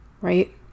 right